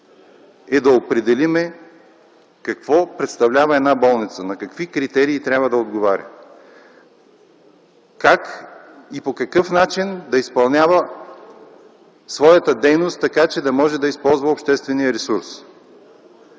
е да определим какво представлява една болница и на какви критерии трябва да отговаря, как и по какъв начин да изпълнява своята дейност, така че да може да използва обществения ресурс.